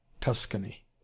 tuscany